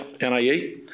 NIE